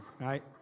right